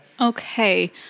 Okay